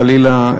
חלילה,